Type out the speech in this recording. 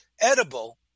edible